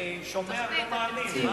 הקשבתי, אני שומע ולא מאמין.